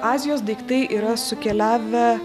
azijos daiktai yra sukeliavę